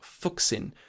Fuxin